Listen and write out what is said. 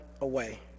away